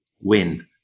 wind